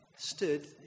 stood